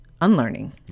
unlearning